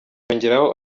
yongeraho